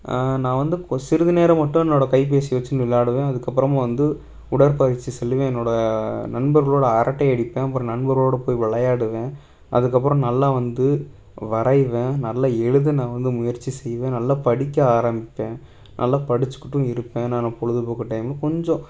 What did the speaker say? நான் வந்து கொ சிறிது நேரம் மட்டும் என்னோடய கைபேசி வெச்சுன்னு விளையாடுவேன் அதுக்கப்புறமா வந்து உடற்பயிற்சி செல்லுவேன் என்னோடய நண்பர்களோடு அரட்டை அடிப்பேன் அப்புறோம் நண்பரோடு போய் விளையாடுவேன் அதுக்கப்புறோம் நல்லா வந்து வரைவேன் நல்லா எழுத நான் வந்து முயற்சி செய்வேன் நல்லா படிக்க ஆரமிப்பேன் நல்லா படிச்சுக்கிட்டும் இருப்பேன் நான் பொழுதுபோக்கு டைமில் கொஞ்சம்